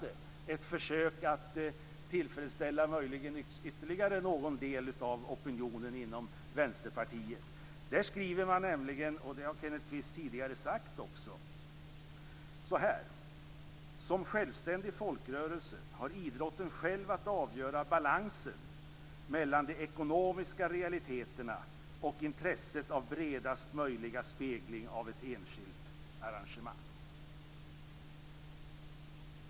Det är ett försök att försöka tillfredsställa möjligen ytterligare någon del av opinionen inom Vänsterpartiet. Där skriver de nämligen så här, och det har också Kenneth Kvist tidigare sagt: "Som självständig folkrörelse har idrotten själv att avgöra balansen mellan de ekonomiska realiteterna och intresset av bredast möjliga spegling av ett enskilt arrangemang".